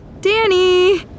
Danny